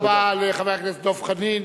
תודה רבה לחבר הכנסת דב חנין.